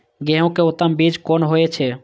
गेंहू के उत्तम बीज कोन होय छे?